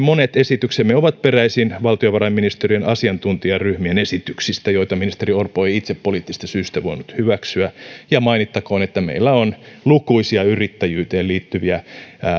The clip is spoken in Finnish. monet esityksemme ovat peräisin valtiovarainministeriön asiantuntijaryhmien esityksistä joita ministeri orpo ei itse poliittisista syistä voinut hyväksyä ja mainittakoon että meillä on lukuisia yrittäjyyteen liittyviä